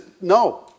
no